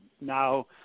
now